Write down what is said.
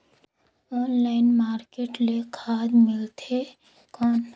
Online market ले खाद मिलथे कौन?